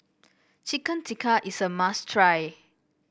Chicken Tikka is a must try